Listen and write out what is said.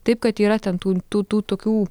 taip kad yra ten tų tų tų tokių